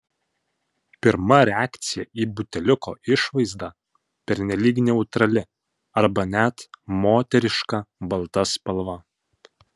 pirma reakcija į buteliuko išvaizdą pernelyg neutrali arba net moteriška balta spalva